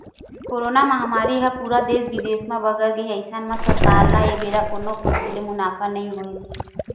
corona महामारी ह पूरा देस बिदेस म बगर गे अइसन म सरकार ल ए बेरा कोनो कोती ले मुनाफा नइ होइस